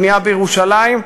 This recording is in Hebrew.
בנייה בירושלים,